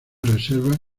reserva